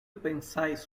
pensáis